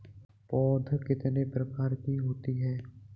पौध कितने प्रकार की होती हैं?